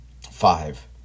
five